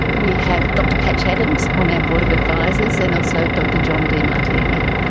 we have dr patch adams on our board of advisors, and also dr john demartini.